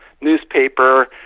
newspaper